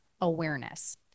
awareness